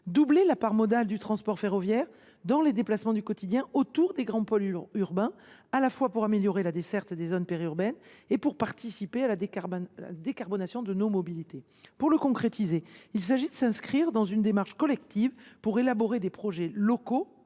doubler la part modale du transport ferroviaire dans les déplacements du quotidien autour des grands pôles urbains, à la fois pour améliorer la desserte des zones périurbaines et pour participer à la décarbonation des mobilités. Pour le concrétiser, il s’agit de s’inscrire dans une démarche collective visant à élaborer des projets locaux